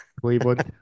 Cleveland